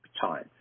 time